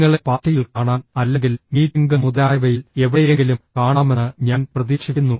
നിങ്ങളെ പാർട്ടിയിൽ കാണാൻ അല്ലെങ്കിൽ മീറ്റിംഗ് മുതലായവയിൽ എവിടെയെങ്കിലും കാണാമെന്ന് ഞാൻ പ്രതീക്ഷിക്കുന്നു